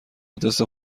آدرس